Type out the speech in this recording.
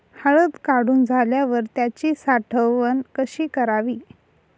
हळद काढून झाल्यावर त्याची साठवण कशी करावी?